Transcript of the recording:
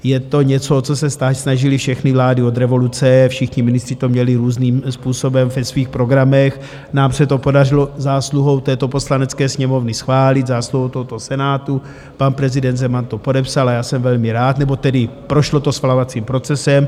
Je to něco, o co se snažily všechny vlády od revoluce, všichni ministři to měli různým způsobem ve svých programech, nám se to podařilo zásluhou této Poslanecké sněmovny schválit, zásluhou tohoto Senátu, pan prezident Zeman to podepsal a já jsem velmi rád, nebo tedy prošlo to schvalovacím procesem.